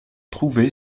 trouvée